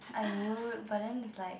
I would but then it's like